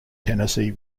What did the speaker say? tennessee